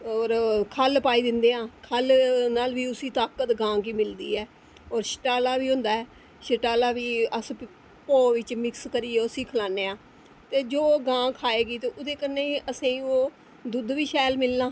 होर खल पाई दिंदे आं खल कन्नै मैंह् ते गां गी ताकत मिलदी ऐ ओह् छटाला बी होंदा ते छटाला अस भी भो च मिक्स करियै उसी खलाने आं ते जो गां खाए गी ते असेंगी ओह् दुद्ध बी शैल मिलना